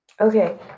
okay